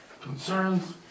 Concerns